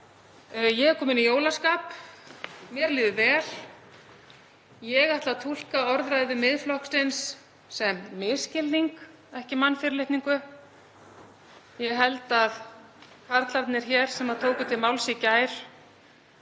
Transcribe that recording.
er komin í jólaskap. Mér líður vel. Ég ætla að túlka orðræðu Miðflokksins sem misskilning, ekki mannfyrirlitningu. Ég held að karlarnir sem tóku hér til máls í gær